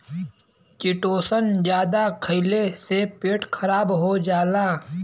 chitosan जादा खइले से पेट खराब हो जाला